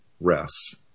rests